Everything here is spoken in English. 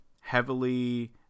heavily